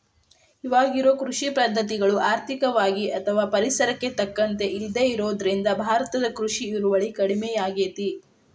ಇವಾಗಿರೋ ಕೃಷಿ ಪದ್ಧತಿಗಳು ಆರ್ಥಿಕವಾಗಿ ಅಥವಾ ಪರಿಸರಕ್ಕೆ ತಕ್ಕಂತ ಇಲ್ಲದೆ ಇರೋದ್ರಿಂದ ಭಾರತದ ಕೃಷಿ ಇಳುವರಿ ಕಡಮಿಯಾಗೇತಿ